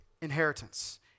inheritance